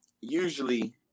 usually